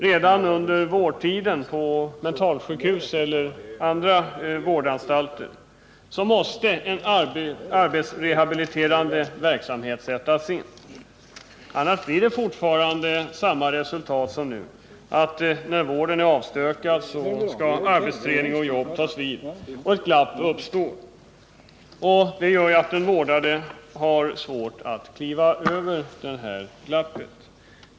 Redan under vårdtiden på mentalsjukhus och andra vårdanstalter måste en arbetsrehabiliterande verksamhet sättas in. Annars blir det samma resultat som nu: När vården är avstökad skall arbetsträning och jobb ta vid, och ett glapp uppstår. Den vårdade får svårt att kliva över det glappet.